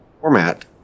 format